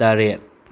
ꯇꯔꯦꯠ